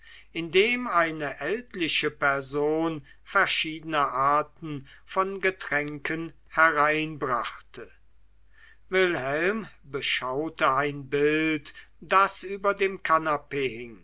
indem eine ältliche person verschiedene arten von getränken hereinbrachte wilhelm beschaute ein bild das über dem kanapee